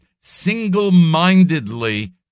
single-mindedly